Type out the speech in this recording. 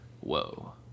whoa